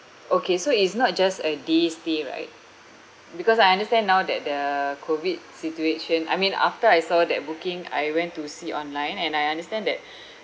okay so it's not just a day stay right because I understand now that the COVID situation I mean after I saw that booking I went to see online and I understand that